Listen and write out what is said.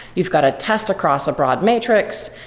you've got a test across a broad matrix.